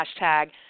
hashtag